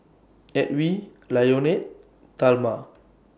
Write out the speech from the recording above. Edwy Lyonet Talma